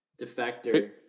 Defector